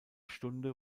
stunde